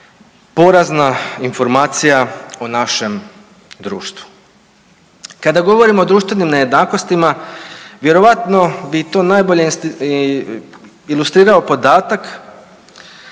porazna informacija o našem društvu. Kada govorimo o društvenim nejednakostima vjerovatno bi to najbolje ilustrirao podatak